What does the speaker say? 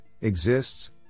exists